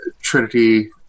Trinity